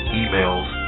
emails